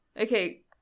Okay